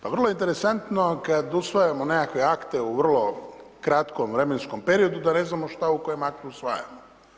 Pa vrlo je interesantno kad usvajamo nekakve akte u vrlo kratkom vremenskom da ne znamo šta u kojem aktu usvajamo.